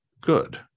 good